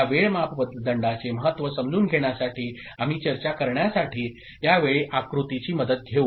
या वेळ मापदंडांचे महत्त्व समजून घेण्यासाठी आम्ही चर्चा करण्यासाठी या वेळ आकृतीची मदत घेऊ